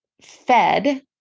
fed